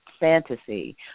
fantasy